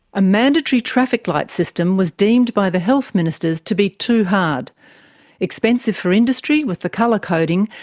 a mandatory traffic light system was deemed by the health ministers to be too hard expensive for industry with the colour-coding,